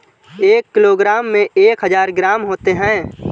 एक किलोग्राम में एक हज़ार ग्राम होते हैं